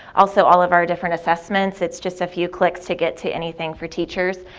also, all of our different assessments, it's just a few clicks to get to anything for teachers.